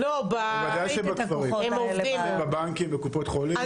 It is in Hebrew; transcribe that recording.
בוודאי שבכפרים, בבנקים, בקופות חולים.